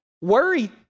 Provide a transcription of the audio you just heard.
Worry